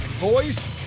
Boys